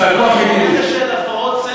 יישר כוח, ידידי.